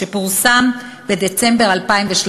שפורסם בדצמבר 2013,